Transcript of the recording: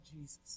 Jesus